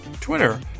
Twitter